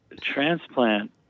transplant